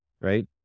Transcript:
right